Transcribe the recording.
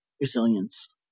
resilience